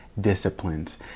disciplines